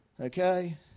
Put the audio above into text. Okay